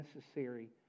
necessary